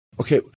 Okay